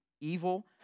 evil